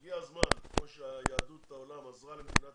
הגיע הזמן שכמו שיהדות העולם עזרה למדינת